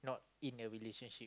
not in a relationship